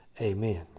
amen